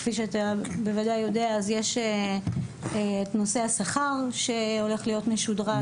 כפי שאתה בוודאי יודע יש את נושא השכר שהולך להיות משודרג,